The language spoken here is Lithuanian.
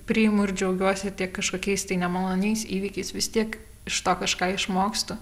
priimu ir džiaugiuosi tiek kažkokiais tai nemaloniais įvykiais vis tiek iš to kažką išmokstu